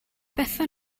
bethan